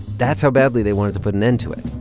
that's how badly they wanted to put an end to it